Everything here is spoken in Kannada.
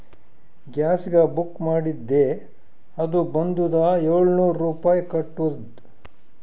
ಗ್ಯಾಸ್ಗ ಬುಕ್ ಮಾಡಿದ್ದೆ ಅದು ಬಂದುದ ಏಳ್ನೂರ್ ರುಪಾಯಿ ಕಟ್ಟುದ್